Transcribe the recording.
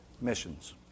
missions